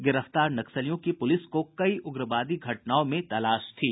गिरफ्तार नक्सलियों की पुलिस को कई उग्रवादी घटनाओं में तलाश थी